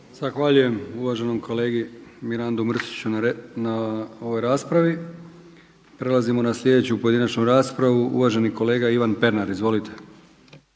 Zahvaljujem uvaženom kolegi Pernaru na raspravi. Prelazimo na sljedeću pojedinačnu raspravu. Prijavio se uvaženi kolega Nenad Stazić. Izvolite.